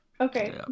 okay